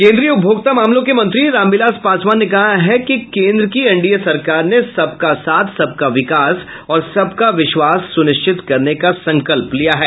केंद्रीय उपभोक्ता मामलों के मंत्री रामविलास पासवान ने कहा है कि केन्द्र की एनडीए सरकार ने सबका साथ सबका विकास और सबका विश्वास सुनिश्चित करने का संकल्प लिया है